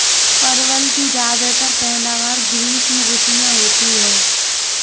परवल की ज्यादातर पैदावार ग्रीष्म ऋतु में होती है